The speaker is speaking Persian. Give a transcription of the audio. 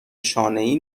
شانهای